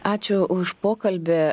ačiū už pokalbį